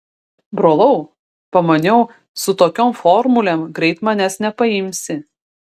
brolau pamaniau su tokiom formulėm greit manęs nepaimsi